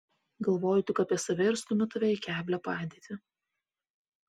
galvoju tik apie save ir stumiu tave į keblią padėtį